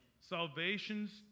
Salvations